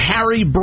Harry